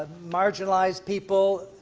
marginalize people,